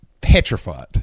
petrified